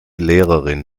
lehrerin